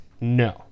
No